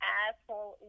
asshole